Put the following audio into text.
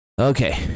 Okay